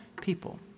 people